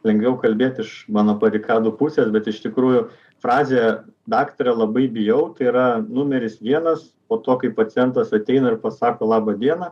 lengviau kalbėt iš mano barikadų pusės bet iš tikrųjų frazė daktare labai bijau tai yra numeris vienas po to kai pacientas ateina pasako laba diena